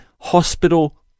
hospital